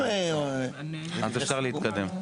התייחסתי.